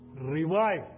revive